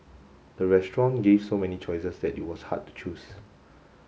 the restaurant gave so many choices that it was hard to choose